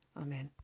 amen